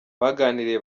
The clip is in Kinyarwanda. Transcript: baganiriye